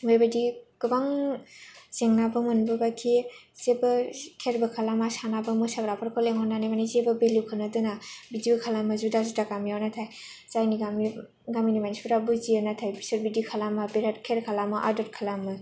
बेबायदि गोबां जेंनाबो मोनबोबायखि जेबो खेयारबो खालाना सानाबो मोसाग्राफोरखौ लेंहरनानै माने जेबो भेलुखौनो दोना बिदिबो खालाबो जुदा जुदा गामियावनो नाथाय जायनि गामिनि मानसिफोरा बुजियो नाथाय बिसोर बिदि खालामा बेराद खेयार खालामो आदोर खालामो